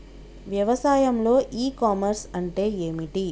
వ్యవసాయంలో e commerce అంటే ఏమిటి?